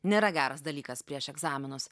nėra geras dalykas prieš egzaminus